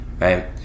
Right